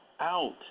out